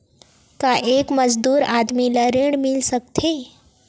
का एक मजदूर आदमी ल ऋण मिल सकथे?